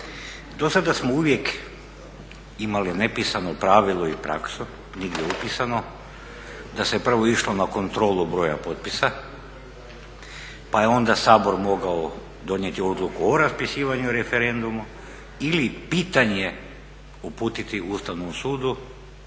Do sada smo uvijek imali nepisano pravilo i praksu, nigdje upisano, da se prvo išlo na kontrolu broja potpisa pa je onda Sabor mogao donijeti odluku o raspisivanju referenduma ili pitanje uputiti Ustavnom sudu